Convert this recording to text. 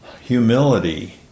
Humility